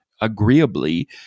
agreeably